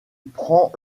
prends